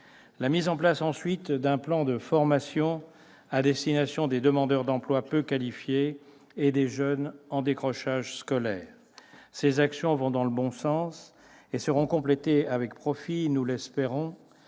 la mise en place d'un plan de formation à destination des demandeurs d'emploi peu qualifiés et des jeunes en décrochage scolaire. Ces actions vont dans le bon sens et seront complétées avec profit, nous l'espérons,